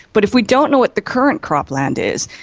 but if we don't know what the current cropland is,